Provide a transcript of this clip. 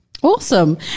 Awesome